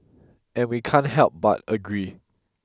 and we can't help but agree